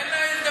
תן לה הזדמנות.